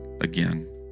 again